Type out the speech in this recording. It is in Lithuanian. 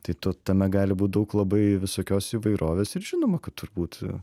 tai to tame gali būti daug labai visokios įvairovės ir žinoma kad turbūt